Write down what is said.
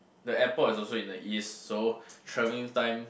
the airport is also in the east so travelling time